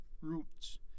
roots